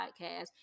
podcast